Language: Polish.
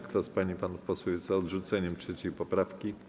Kto z pań i panów posłów jest za odrzuceniem 3. poprawki,